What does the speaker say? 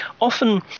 often